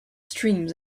streams